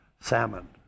salmon